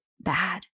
bad